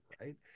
right